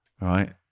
Right